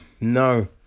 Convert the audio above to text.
no